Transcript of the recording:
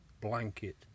blanket